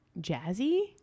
jazzy